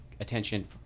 attention